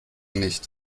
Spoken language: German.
nicht